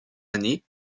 année